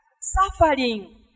Suffering